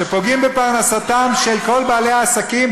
שפוגעים בפרנסתם של כל בעלי העסקים,